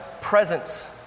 presence